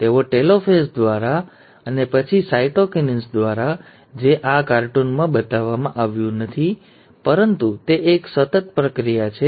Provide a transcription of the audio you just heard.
અને ટેલોફાસ દ્વારા અને પછી સાયટોકિન્સિસ દ્વારા જે આ કાર્ટૂનમાં બતાવવામાં આવ્યું નથી પરંતુ તે એક સતત પ્રક્રિયા જેવું છે